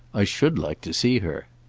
i should like to see her.